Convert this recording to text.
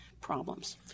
problems